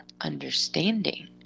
understanding